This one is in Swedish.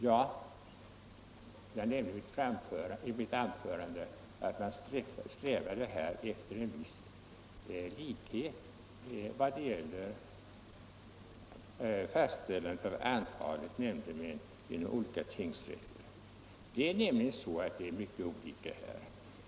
Jag sade i mitt anförande att man här strävade efter en viss likhet vad det gäller fastställandet av antalet nämndemän vid de olika tingsrätterna. Det är nämligen mycket olika härvidlag.